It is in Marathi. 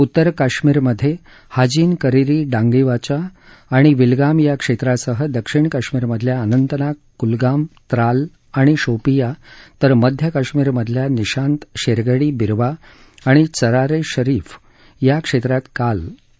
उत्तर काश्मीरमध्ये हाजिन करीरी डांगीवाचा आणि विलगाम या क्षेत्रांसह दक्षिण काश्मीरमधल्या अनंतनाग कुलगाम त्राल आणि शोपियां तर मध्य काश्मीरमधल्या निशात शेरगढ़ी बीरवा आणि चरारे शरीफ या क्षेत्रात काल प्रतिबंध हटवण्यात आले